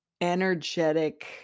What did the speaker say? energetic